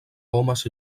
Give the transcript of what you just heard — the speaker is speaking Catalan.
homes